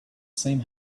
same